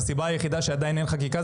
הסיבה היחידה לכך שעדיין אין חקיקה,